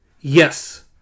Yes